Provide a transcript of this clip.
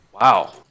Wow